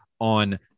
on